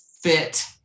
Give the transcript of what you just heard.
fit